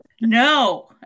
No